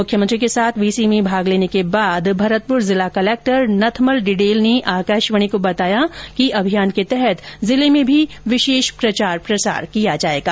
मुख्यमंत्री के साथ वीसी में भाग लेने के बाद भरतपुर जिला कलेक्टर नथमल डिडेल ने आकाशवाणी को बताया कि अभियान के तहत जिले में भी विशेष प्रचार प्रसार किया जाएगा